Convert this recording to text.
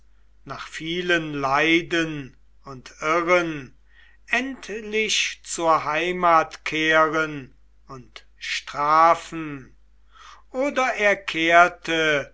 nach vielen leiden und irren endlich zur heimat kehren und strafen oder er kehrte